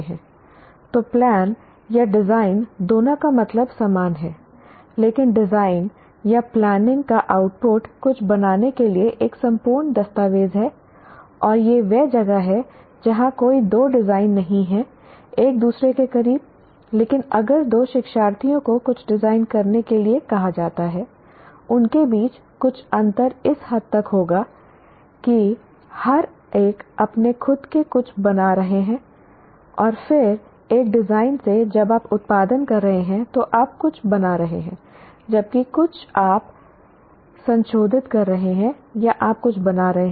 तो प्लान या डिज़ाइन दोनों का मतलब समान है लेकिन डिज़ाइन या प्लानिंग का आउटपुट कुछ बनाने के लिए एक संपूर्ण दस्तावेज़ है और यह वह जगह है जहाँ कोई दो डिज़ाइन नहीं हैं एक दूसरे के करीब लेकिन अगर दो शिक्षार्थियों को कुछ डिज़ाइन करने के लिए कहा जाता है उनके बीच कुछ अंतर इस हद तक होगा कि हर एक अपने खुद के कुछ बना रहा है और फिर एक डिज़ाइन से जब आप उत्पादन कर रहे हैं तो आप कुछ बना रहे हैं जबकि कुछ आप कुछ संशोधित कर रहे हैं या आप कुछ बना रहे हैं